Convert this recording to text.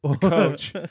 Coach